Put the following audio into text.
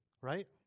right